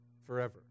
forever